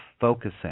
focusing